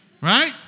right